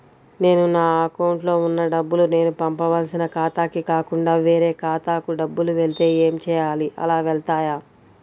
నేను నా అకౌంట్లో వున్న డబ్బులు నేను పంపవలసిన ఖాతాకి కాకుండా వేరే ఖాతాకు డబ్బులు వెళ్తే ఏంచేయాలి? అలా వెళ్తాయా?